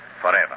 forever